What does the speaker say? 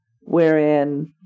wherein